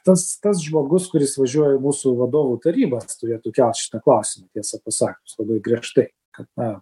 tas tas žmogus kuris važiuoja į mūsų vadovų tarybą turėtų kelt šitą klausimą tiesa pasakius labai griežtai kad na